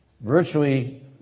virtually